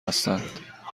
هستند